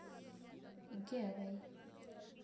इ'यै भाई